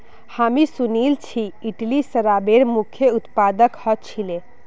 हामी सुनिल छि इटली शराबेर मुख्य उत्पादक ह छिले